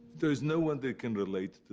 there is no one that can relate